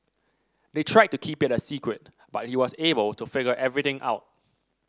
they tried to keep it a secret but he was able to figure everything out